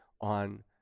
on